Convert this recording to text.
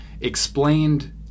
explained